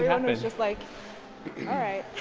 yeah and was just like alright